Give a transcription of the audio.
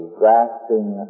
grasping